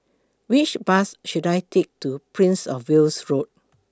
Which Bus should I Take to Prince of Wales Road